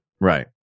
Right